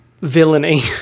villainy